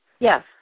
Yes